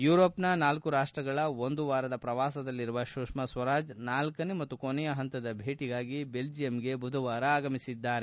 ಯುರೋಪ್ನ ನಾಲ್ಕು ರಾಷ್ಷಗಳ ಒಂದು ವಾರದ ಪ್ರವಾಸದಲ್ಲಿರುವ ಸುಷ್ನಾ ಸ್ವರಾಜ್ ನಾಲ್ಕನೇ ಮತ್ತು ಕೊನೆಯ ಹಂತದ ಭೇಟಿಗಾಗಿ ಬೆಲ್ಲಿಯಂಗೆ ಬುಧವಾರ ಆಗಮಿಸಿದ್ದಾರೆ